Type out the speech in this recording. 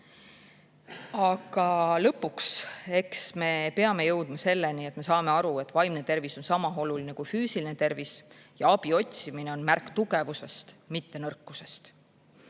Aga lõpuks, eks me peame jõudma selleni, et me saame aru, et vaimne tervis on sama oluline kui füüsiline tervis ja abi otsimine on märk tugevusest, mitte nõrkusest.